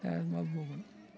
आरो मा बुंबावगोन